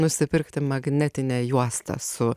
nusipirkti magnetinę juostą su